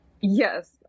yes